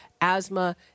asthma